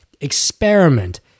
experiment